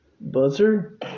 Buzzer